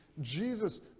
Jesus